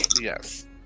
Yes